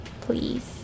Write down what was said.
please